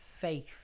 faith